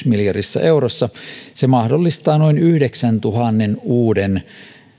miljardissa eurossa se mahdollistaa noin yhdeksäntuhannen uuden